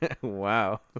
Wow